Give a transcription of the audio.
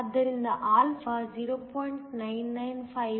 ಆದ್ದರಿಂದ α 0